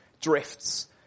drifts